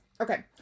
Okay